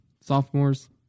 sophomores